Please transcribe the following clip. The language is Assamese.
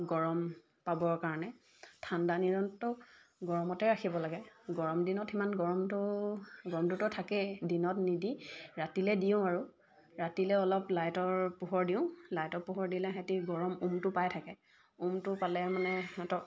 গৰম পাবৰ কাৰণে ঠাণ্ডা দিনততো গৰমতে ৰাখিব লাগে গৰম দিনত সিমান গৰমটো গৰমটোতো থাকেই দিনত নিদি ৰাতিলৈ দিওঁ আৰু ৰাতিলৈ অলপ লাইটৰ পোহৰ দিওঁ লাইটৰ পোহৰ দিলে সিহঁতে গৰম উমটো পাই থাকে উমটো পালে মানে সিহঁতক